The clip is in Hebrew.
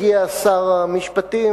הגיע שר המשפטים,